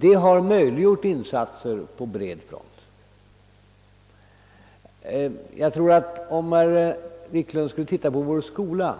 Detta har möjliggjort insatser på bred front. Om herr Wiklund ser på vår skola,